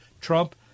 Trump